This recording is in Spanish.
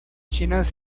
chinas